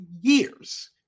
years